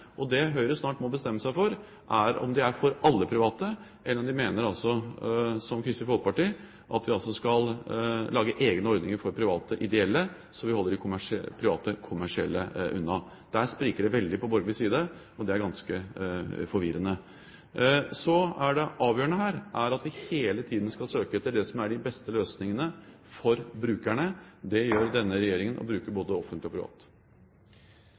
Det Høyre snart må bestemme seg for, er om de er for alle private, eller om de mener som Kristelig Folkeparti, at vi skal lage egne ordninger for private ideelle, slik at vi holder de private kommersielle unna. Der spriker det veldig på borgerlig side, og det er ganske forvirrende. Det avgjørende her er at vi hele tiden skal søke etter det som er de beste løsningene for brukerne. Det gjør denne regjeringen – og bruker både offentlige og